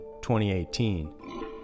2018